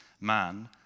man